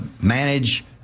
manage